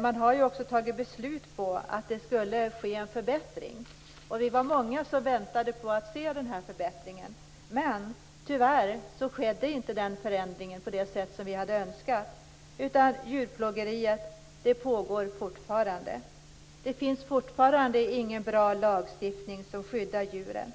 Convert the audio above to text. Man har också fattat beslut om en förbättring. Vi var många som väntade på att se förbättringen. Men, tyvärr skedde inte den förändringen på det sätt vi hade önskat. Djurplågeriet pågår fortfarande. Det finns fortfarande ingen bra lagstiftning som skyddar djuren.